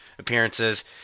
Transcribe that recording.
appearances